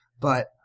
but-